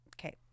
Okay